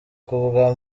kubwa